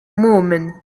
moment